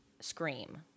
Scream